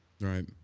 Right